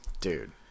Dude